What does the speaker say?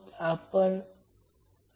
तर three phase सर्किटसाठी हे सोपे तत्वज्ञान आहे